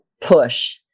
push